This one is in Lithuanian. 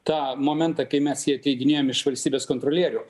tą momentą kai mes jį atleidinėjom iš valstybės kontrolierių